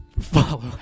follow